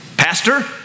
Pastor